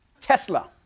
Tesla